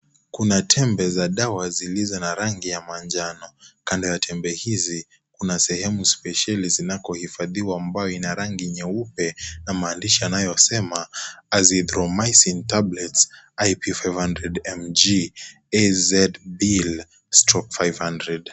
Kuna tembe za dawa zilizo na rangi ya manjano, kando ya tembe hizi kuna sehemu spesheli zinakohifadhiwa ambayo ina rangi nyeupe na maandishi yanayosema (cs)Azithromycin tablets IP five hundred mg AZbil stroke five hundred(cs).